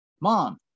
Mom